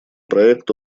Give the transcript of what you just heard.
проект